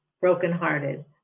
brokenhearted